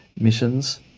missions